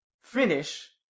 finish